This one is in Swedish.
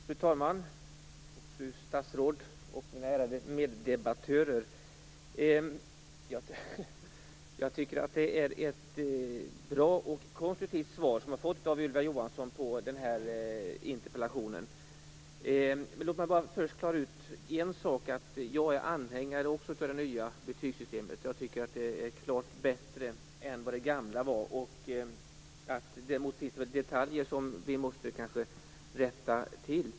Fru talman, fru statsråd och ärade meddebattörer! Jag tycker att det är ett bra och konstruktivt svar som Ylva Johansson gett på min interpellation. Först vill jag klara ut att också jag är anhängare av det nya betygsystemet, som jag tycker är klart bättre än det gamla. Däremot finns det detaljer som kanske måste rättas till.